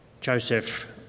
Joseph